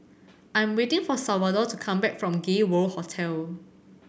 I'm waiting for Salvador to come back from Gay World Hotel